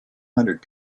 hundred